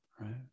Right